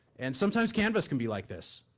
and sometimes canvas can be like this.